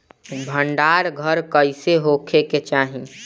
भंडार घर कईसे होखे के चाही?